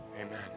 amen